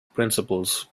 principles